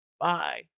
Bye